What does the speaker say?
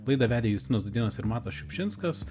laidą vedė justinas dūdėnas ir matas šiupšinskas